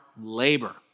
labor